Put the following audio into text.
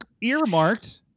earmarked